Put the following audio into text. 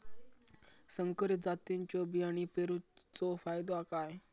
संकरित जातींच्यो बियाणी पेरूचो फायदो काय?